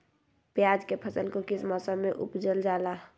प्याज के फसल को किस मौसम में उपजल जाला?